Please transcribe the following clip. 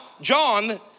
John